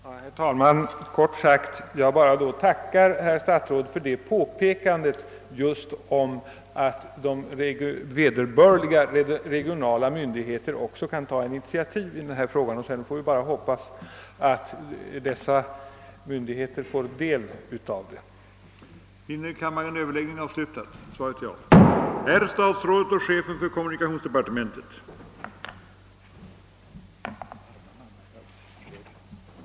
Herr talman! Jag vill bara kortfattat tacka herr statsrådet för påpekandet att vederbörliga regionala myndigheter också kan ta initiativ i denna fråga. Sedan hoppas jag att de berörda myndig heterna får vetskap om detta förhållande.